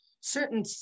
certain